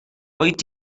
wyt